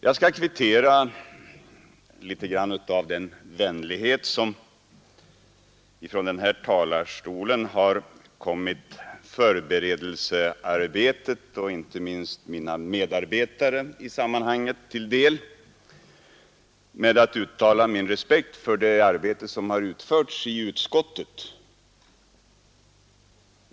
Jag skall kvittera litet grand av den vänlighet som från denna talarstol kommit förberedelsearbetet och inte minst mina medarbetare i sammanhanget till del med att uttala min respekt för det arbete som utförts av utskottet.